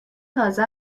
تازه